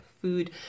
food